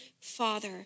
father